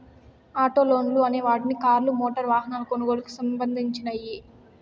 auto లోన్లు అనే వాటిని కార్లు, మోటారు వాహనాల కొనుగోలుకి సంధించినియ్యి